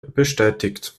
bestätigt